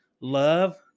love